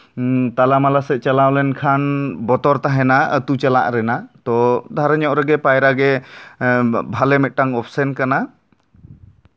ᱛᱟᱞᱟ ᱢᱟᱞᱟ ᱥᱮ ᱪᱟᱞᱟᱣ ᱞᱮᱱᱠᱷᱟᱱ ᱵᱚᱛᱚᱨ ᱛᱟᱦᱮᱱᱟ ᱟᱹᱛᱩ ᱪᱟᱞᱟᱜ ᱨᱮᱱᱟᱜ ᱛᱚ ᱫᱷᱟᱨᱮ ᱧᱚᱜ ᱨᱮᱜᱮ ᱯᱟᱭᱨᱟ ᱜᱮ ᱵᱷᱟᱞᱮ ᱢᱤᱫᱴᱟᱝ ᱚᱯᱥᱮᱱ ᱠᱟᱱᱟ